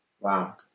wow